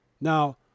now